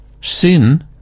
Sin